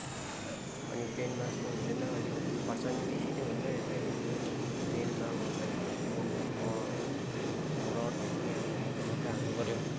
अनि प्लेनमा जस्तो हुँदैन अलिक खर्च पनि बेसी नै हुन्छ यता हिलमा प्लेनमाभन्दा चाहिँ अब रडहरू पनि मोटो मोटो हाल्नु पऱ्यो